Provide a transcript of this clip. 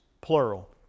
plural